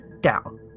down